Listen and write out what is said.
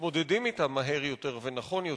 מתמודדים אתם מהר יותר ונכון יותר,